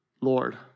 Lord